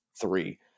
three